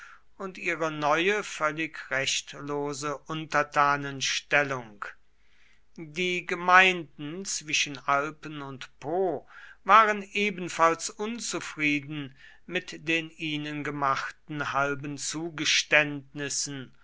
und ihre neue völlig rechtlose untertanenstellung die gemeinden zwischen alpen und po waren ebenfalls unzufrieden mit den ihnen gemachten halben zugeständnissen